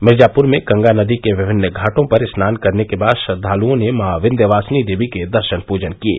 मिर्जापुर में गंगा नदी के विभिन्न घाटों पर स्नान करने के बाद श्रद्वालुओं ने माँ विन्ध्यवासिनी देवी के दर्शन पूजन किये